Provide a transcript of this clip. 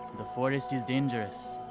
the forest is dangerous.